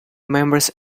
members